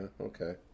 Okay